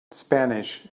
spanish